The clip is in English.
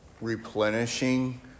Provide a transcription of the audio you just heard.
replenishing